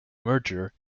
merger